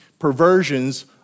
Perversions